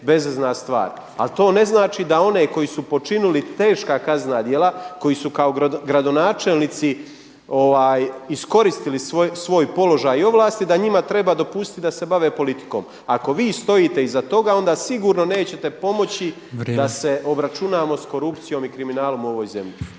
bezvezna stvar. Ali to znači da one koji su počinili teška kaznena djela, koji su kao gradonačelnici iskoristili svoj položaj i ovlasti da njima treba dopustiti da se bave politikom. Ako vi stojite iza toga onda sigurno nećete pomoći da se obračunamo s korupcijom i kriminalom u ovoj zemlji.